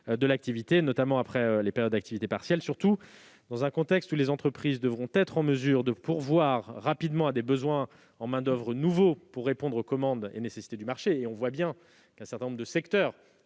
de l'activité, notamment après les périodes d'activité partielle, surtout dans un contexte où les entreprises devront être en mesure de pourvoir rapidement à des besoins en main-d'oeuvre nouveaux pour répondre aux commandes et nécessités du marché. Nous le constatons, un certain nombre de secteurs